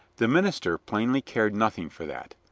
the minister plainly cared nothing for that,